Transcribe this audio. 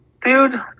Dude